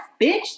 bitch